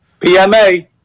PMA